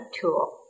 tool